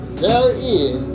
therein